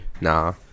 Nah